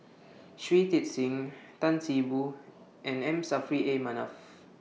Shui Tit Sing Tan See Boo and M Saffri A Manaf